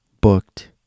booked